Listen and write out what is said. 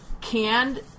canned